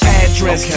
address